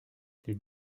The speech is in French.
les